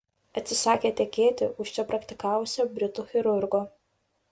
atsisakė tekėti už čia praktikavusio britų chirurgo